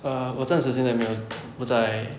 err 我暂时现在没有不在